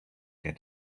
get